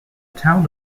town